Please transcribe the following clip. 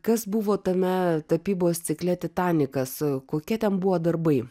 kas buvo tame tapybos cikle titanikas kokie ten buvo darbai